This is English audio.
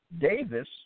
Davis